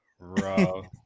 Bro